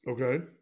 Okay